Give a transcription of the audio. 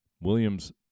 Williams